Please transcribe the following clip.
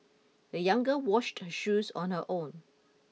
the young girl washed her shoes on her own